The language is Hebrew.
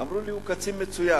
אמרו לי: הוא קצין מצוין.